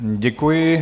Děkuji.